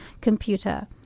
computer